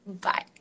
Bye